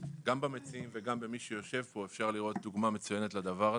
גם במציעים וגם במי שיושב פה אפשר לראות דוגמה מצוינת לדבר הזה.